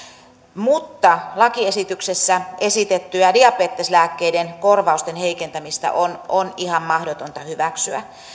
mutta lakiesityksessä esitettyä diabeteslääkkeiden korvausten heikentämistä on on ihan mahdotonta hyväksyä